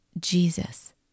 Jesus